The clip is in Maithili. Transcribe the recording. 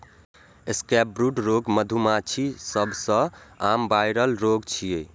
सैकब्रूड रोग मधुमाछीक सबसं आम वायरल रोग छियै